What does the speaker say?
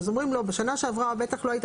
אז אומרים לו: בשנה שעברה בטח לא היית